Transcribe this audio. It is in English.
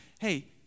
hey